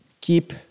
keep